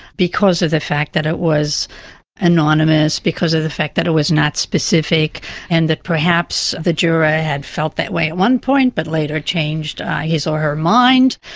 because of the fact that it was anonymous, because of the fact that it was not specific and that perhaps the juror had felt that way at one point but later had changed his or her mind.